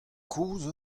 kozh